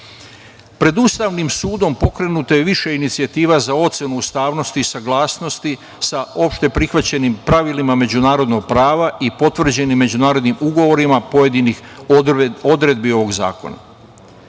Ustavnim sudom pokrenuto je više inicijativa za ocenu ustavnosti i saglasnosti sa opšte prihvaćenim pravilima međunarodnog prava i potvrđenim međunarodnim ugovorima pojedinih odredbi ovog zakona.